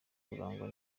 urangwa